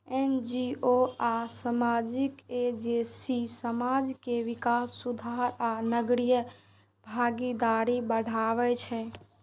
NGO आ सामाजिक agency समाज के विकास, सुधार आ नागरिक भागीदारी बढ़ाबै छै